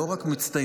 לא רק מצטיינים,